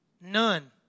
None